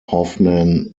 hoffman